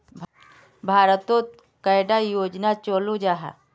भारत तोत कैडा योजना चलो जाहा?